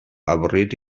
avorrit